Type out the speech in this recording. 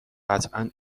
قطعا